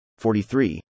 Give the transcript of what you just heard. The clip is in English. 43